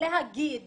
להגיד